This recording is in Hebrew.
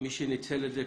למי שניצל את זה.